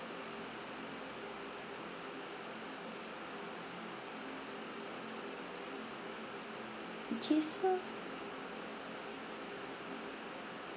okay so